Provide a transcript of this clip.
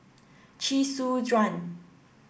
Chee Soon Juan